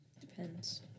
depends